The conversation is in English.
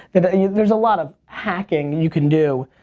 there's a lot of hacking you can do,